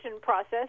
process